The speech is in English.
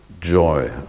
joy